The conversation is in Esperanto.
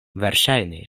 verŝajne